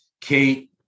Kate